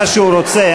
מה שהוא רוצה.